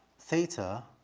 theta,